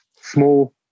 small